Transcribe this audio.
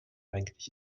eigentlich